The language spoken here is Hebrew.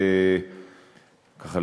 וככה,